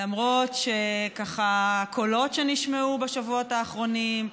למרות קולות שנשמעו בשבועות האחרונים,